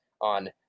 on